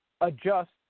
adjust